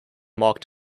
marked